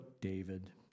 David